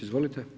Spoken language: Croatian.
Izvolite.